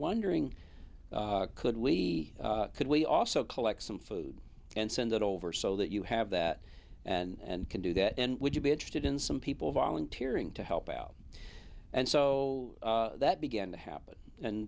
wondering could we could we also collect some food and send it over so that you have that and can do that and would you be interested in some people volunteering to help out and so that began to happen and